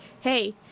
hey